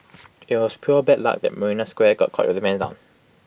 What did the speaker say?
IT was pure bad luck marina square got caught with their pants down